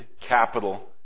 capital